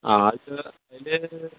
ആ അത്